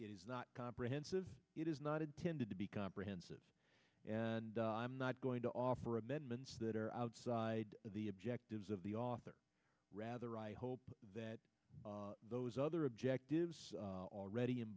it not comprehensive it is not intended to be comprehensive and i'm not going to offer amendments that are outside of the objectives of the author rather i hope that those other objectives are already